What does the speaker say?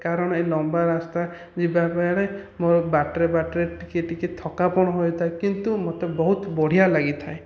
କାରଣ ଏ ଲମ୍ବା ରାସ୍ତା ଯିବା ବେଳେ ମୁଁ ବାଟରେ ବାଟରେ ଟିକିଏ ଟିକିଏ ଥକାପଣ ହୋଇଥାଏ କିନ୍ତୁ ମୋତେ ବହୁତ ବଢ଼ିଆ ଲାଗିଥାଏ